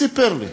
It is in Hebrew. סיפר לי.